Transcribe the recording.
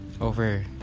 over